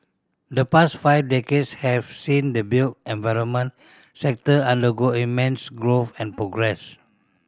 the past five decades have seen the built environment sector undergo immense growth and progress